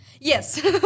Yes